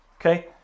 Okay